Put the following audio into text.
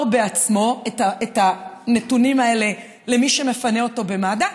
בעצמו את הנתונים האלה למי שמפנה אותו במד"א,